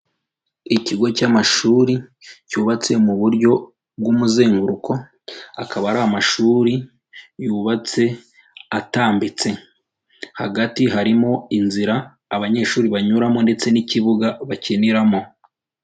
Ikigo cy'amashuri cyubatse mu buryo bw'umuzenguruko, akaba ari amashuri yubatse atambitse, hagati harimo inzira abanyeshuri banyuramo ndetse n'ikibuga bakiniramo.